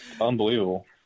unbelievable